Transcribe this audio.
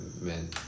Men